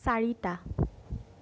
চাৰিটা